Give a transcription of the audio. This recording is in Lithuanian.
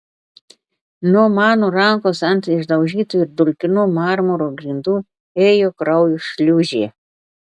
nuo mano rankos ant išdaužytų ir dulkinų marmuro grindų ėjo kraujo šliūžė